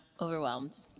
Overwhelmed